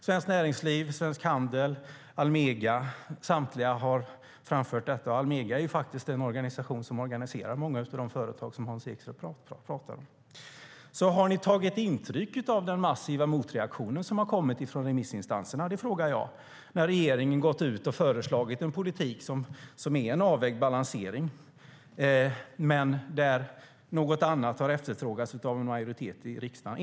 Svenskt Näringsliv, Svensk Handel och Almega har framfört detta, och Almega är faktiskt en organisation som organiserar många av de företag som Hans Ekström talar om. Har ni tagit intryck av den massiva motreaktionen som har kommit från remissinstanserna? Regeringen har gått ut och föreslagit en politik som är avvägd och balanserad, men något annat har efterfrågats av en majoritet i riksdagen?